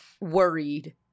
worried